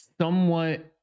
somewhat